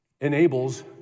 enables